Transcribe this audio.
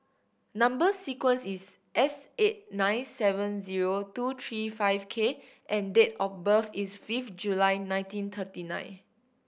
number sequence is S eight nine seven zero two three five K and date of birth is fifth July nineteen thirty nine